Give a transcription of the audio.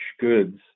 goods